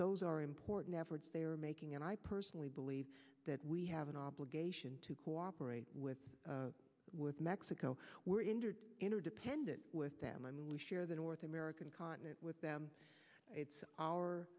those are important efforts they are making and i personally believe that we have an obligation to cooperate with with mexico were injured interdependent with them and we share the north american continent with them it's our